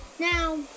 Now